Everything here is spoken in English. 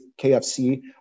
KFC